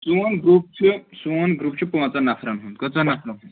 سون گرُپ چھُ سون گرُپ چھُ پانٛژَن نَفرَن ہُنٛد کٔژَن نَفرَن ہُنٛد